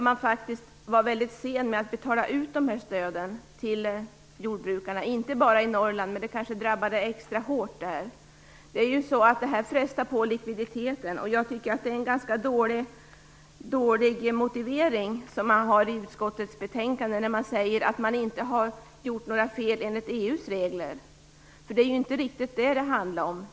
Man var väldigt sen med att betala ut stöden till jordbrukarna. Det gällde inte bara i Norrland, men det kanske drabbade extra hårt där. Detta frestar på likviditeten. Motiveringen i utskottets betänkandet är ganska dålig - man säger att man inte har gjort några fel enligt EU:s regler. Men det är inte riktigt det som saken handlar om.